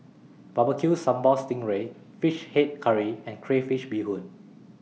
Barbecue Sambal Sting Ray Fish Head Curry and Crayfish Beehoon